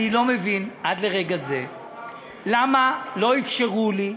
אני לא מבין עד לרגע זה למה לא אפשרו לי,